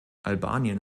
albanien